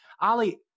Ali